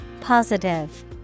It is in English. Positive